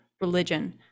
religion